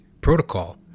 protocol